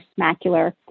macular